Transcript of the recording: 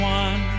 one